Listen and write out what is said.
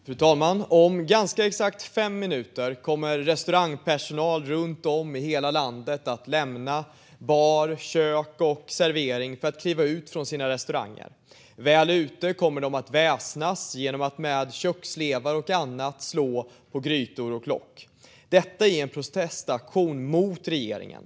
Fru talman! Om ganska exakt fem minuter kommer restaurangpersonal runt om i hela landet att lämna bar, kök och servering för att kliva ut från sina restauranger. Väl ute kommer de att väsnas genom att med köksslevar och annat slå på grytor och lock - detta i en protestaktion mot regeringen.